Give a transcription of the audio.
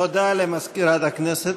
תודה למזכירת הכנסת.